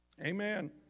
Amen